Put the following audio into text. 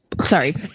Sorry